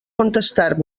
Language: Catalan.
contestar